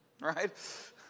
right